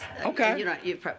Okay